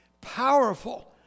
powerful